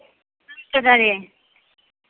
प्रणाम चाचाजी